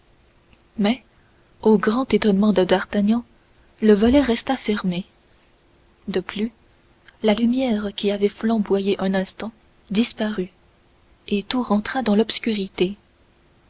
mais au grand étonnement de d'artagnan le volet resta fermé de plus la lumière qui avait flamboyé un instant disparut et tout rentra dans l'obscurité